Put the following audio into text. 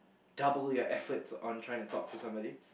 double your efforts on trying to talk to somebody